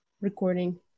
Recording